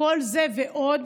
כל זה ועוד